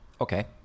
Okay